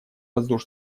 воздушное